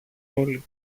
όλη